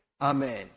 Amen